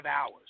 hours